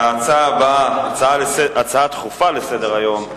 ההצעה הבאה, הצעה דחופה לסדר-היום,